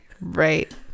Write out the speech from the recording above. Right